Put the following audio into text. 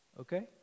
Okay